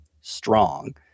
strong